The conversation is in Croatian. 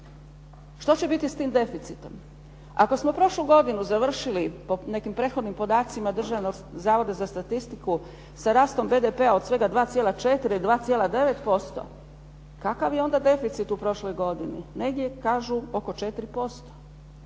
Što će biti s tim deficitom? Ako smo prošlu godinu završili po nekim prethodnim podacima Državnog zavoda za statistiku, sa rastom BDP-om od 2,4 do 2,9% kakav je onda deficit u prošloj godini? Negdje kažu oko 4%.